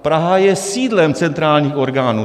Praha je sídlem centrálních orgánů.